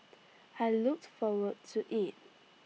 I looked forward to IT